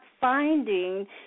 finding